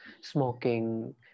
smoking